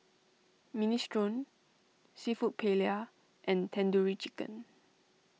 Minestrone Seafood Paella and Tandoori Chicken